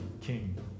king